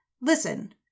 listen